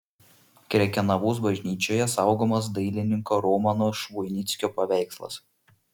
krekenavos bažnyčioje saugomas dailininko romano švoinickio paveikslas